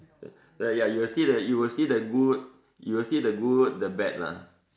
then ya you will see the you will see the good you will see the good and the bad lah